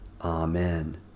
Amen